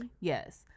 Yes